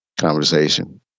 conversation